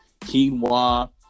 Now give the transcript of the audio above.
quinoa